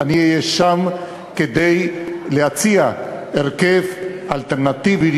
אהיה שם כדי להציע הרכב אלטרנטיבי,